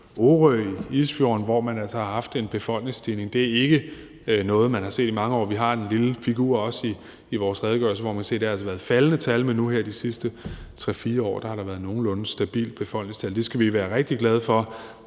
Orø i Isefjorden, hvor man altså har haft en befolkningsstigning. Det er ikke noget, man har set i mange år, og vi har også en lille figur i vores redegørelse, hvor man kan se, at der altså har været faldende tal, men at der nu her de sidste 3-4 år har været et nogenlunde stabilt befolkningstal. Det skal vi være rigtig glade for,